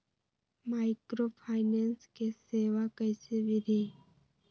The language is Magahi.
माइक्रोफाइनेंस के सेवा कइसे विधि?